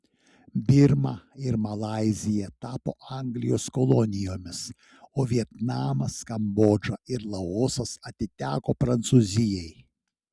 birma ir malaizija tapo anglijos kolonijomis o vietnamas kambodža ir laosas atiteko prancūzijai